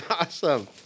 awesome